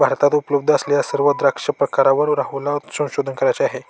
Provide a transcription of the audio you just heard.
भारतात उपलब्ध असलेल्या सर्व द्राक्ष प्रकारांवर राहुलला संशोधन करायचे आहे